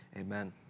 Amen